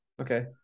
Okay